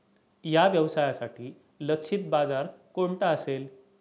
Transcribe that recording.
या व्यवसायासाठी लक्षित बाजार कोणता असेल?